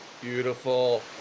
Beautiful